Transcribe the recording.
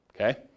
Okay